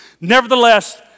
nevertheless